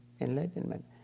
enlightenment